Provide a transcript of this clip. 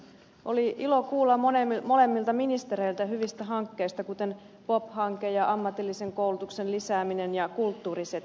oli ilo kuulla molemmilta ministereiltä hyvistä hankkeista kuten pop hankkeesta ja ammatillisen koulutuksen lisäämisestä ja kulttuurisetelistä